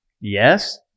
yes